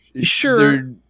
sure